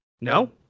No